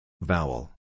Vowel